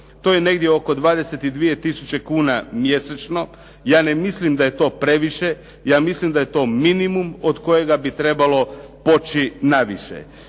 To je negdje oko 22 tisuće kuna mjesečno. Ja ne mislim da je to previše, ja mislim da je to minimum od kojega bi trebalo poći na više.